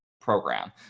program